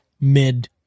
Mid